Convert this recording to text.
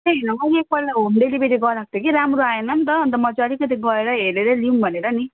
ए हो नि एकपल्ट होम डिलिभेरी गराको थिएँ कि राम्रो आएन नि त अन्त म चाहिँ अलिकति गएरै हेरेरै लियौँ भनेर नि